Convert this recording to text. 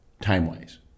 time-wise